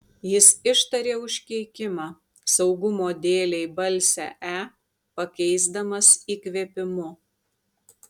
jis ištarė užkeikimą saugumo dėlei balsę e pakeisdamas įkvėpimu